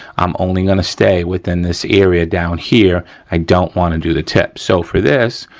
i'm only gonna stay within this area down here. i don't wanna do the tip. so, for this,